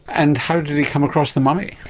and how did he come across the mummy?